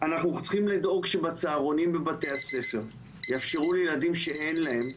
אנחנו צריכים לדאוג שבצהרונים בבתי הספר יאפשרו לילדים שאין להם,